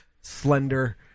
slender